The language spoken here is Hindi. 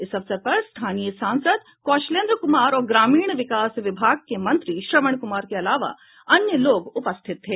इस अवसर पर स्थानीय सांसद कौशलेन्द्र कुमार और ग्रामीण विकास विभाग के मंत्री श्रवण कुमार के अलावा अन्य लोग उपस्थित थे